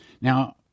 Now